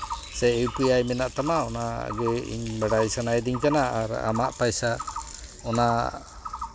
ᱥᱮ U P I ᱢᱮᱱᱟᱜ ᱛᱟᱢᱟ ᱚᱱᱟ ᱜᱮ ᱤᱧ ᱵᱟᱲᱟᱭ ᱥᱟᱱᱟᱭᱮᱫᱤᱧ ᱠᱟᱱᱟ ᱟᱨ ᱟᱢᱟᱜ ᱯᱚᱭᱥᱟ ᱚᱱᱟ